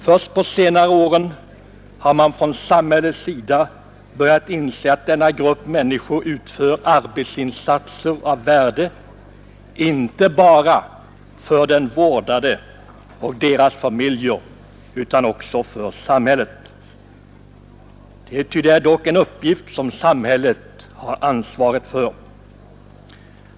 Först på senare år har man från samhällets sida börjat inse att denna grupp människor gör arbetsinsatser av värde, inte bara för de vårdade och deras familjer utan också för samhället. Det är dock en uppgift som samhället har ansvaret för.